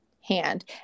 hand